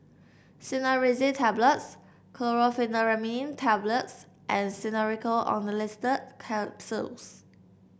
Cinnarizine Tablets Chlorpheniramine Tablets and Xenical Orlistat Capsules